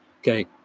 okay